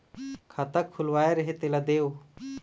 खाता खुलवाय रहे तेला देव?